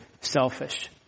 selfish